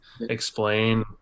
explain